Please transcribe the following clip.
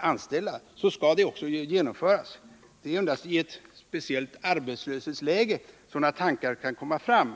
anställda skall den således också genomföras på det sättet. Det är endast i ett speciellt arbetslöshetsläge som andra tankar kan komma fram.